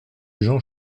jean